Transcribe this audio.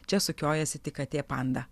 čia sukiojasi tik katė panda